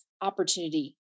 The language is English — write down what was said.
opportunity